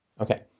Okay